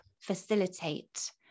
facilitate